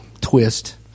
twist